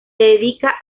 dedica